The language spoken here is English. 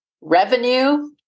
revenue